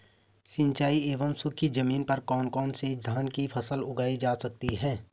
सिंचाई एवं सूखी जमीन पर कौन कौन से धान की फसल उगाई जा सकती है?